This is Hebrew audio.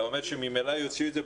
אתה אומר שממילא יוציאו את זה,